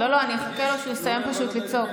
אני אחכה לו, שהוא יסיים לצעוק.